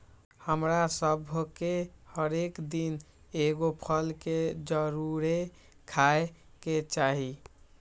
हमरा सभके हरेक दिन एगो फल के जरुरे खाय के चाही